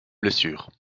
blessure